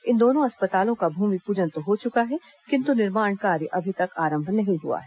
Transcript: इन दोनों अस्पतालों का भूमिपूजन तो हो चुका है किन्तु निर्माण कार्य अभी तक आरंभ नहीं हुआ है